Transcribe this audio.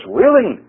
willing